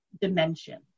dimension